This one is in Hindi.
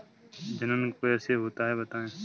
जनन कैसे होता है बताएँ?